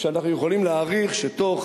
ואנחנו יכולים להעריך שבתוך